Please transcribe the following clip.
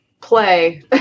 play